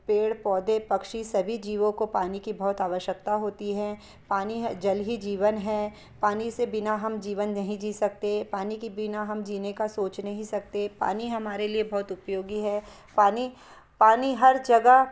पेड़ पौधे पक्षी सभी जीवों को पानी की बहुत आवश्यकता होती है पानी है जल ही जीवन है पानी से बिना हम जीवन नहीं जी सकते पानी के बिना हम जीने का सोच नहीं सकते पानी हमारे लिए बहुत उपयोगी है पानी पानी हर जगह